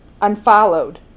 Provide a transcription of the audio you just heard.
unfollowed